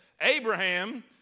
Abraham